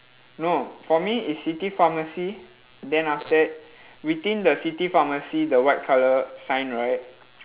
no for me is city pharmacy then after that within the city pharmacy the white colour sign right